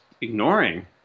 ignoring